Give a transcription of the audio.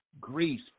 Greece